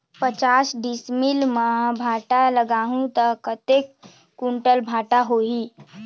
पचास डिसमिल मां भांटा लगाहूं ता कतेक कुंटल भांटा होही?